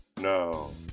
no